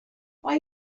why